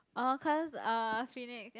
orh cause uh phoenix